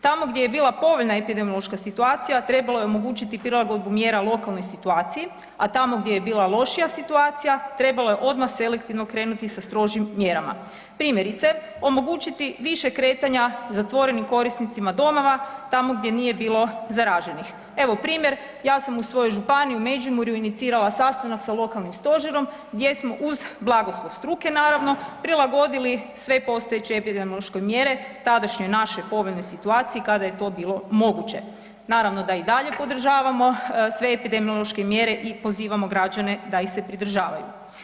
Tamo gdje je bila povoljna epidemiološka situacija trebalo je omogućiti prilagodnu mjera lokalnoj situaciji, a tamo gdje je bila lošija situacija trebalo je odmah selektivno krenuti sa strožim mjerama, primjerice, omogućiti više kretanja zatvorenim korisnicima domova tamo gdje nije bilo zaraženih, evo primjer ja sam u svojoj Županiji, u Međimurju inicirala sastanak sa lokalnim stožerom gdje smo uz blagoslov struke naravno prilagodili sve postojeće epidemiološke mjere tadašnjoj našoj povoljnoj situaciji kada je to bilo moguće, naravno da i dalje podržavamo sve epidemiološke mjere i pozivamo građane da ih se pridržavaju.